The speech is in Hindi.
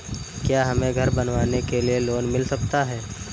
क्या हमें घर बनवाने के लिए लोन मिल सकता है?